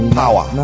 power